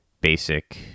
basic